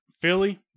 Philly